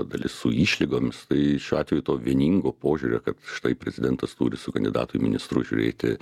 dalis su išlygomis tai šiuo atveju to vieningo požiūrio kad štai prezidentas turi su kandidatu į ministrus žiūrėti